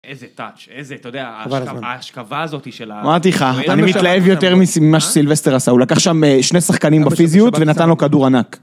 איזה טאץ', איזה, אתה יודע, ההשכבה הזאתי שלה. אמרתי לך, אני מתלהב יותר ממה שסילבסטר עשה, הוא לקח שם שני שחקנים בפיזיות ונתן לו כדור ענק.